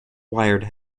wired